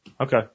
Okay